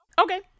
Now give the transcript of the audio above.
Okay